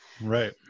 Right